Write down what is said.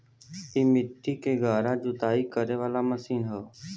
इ मट्टी के गहरा जुताई करे वाला मशीन हौ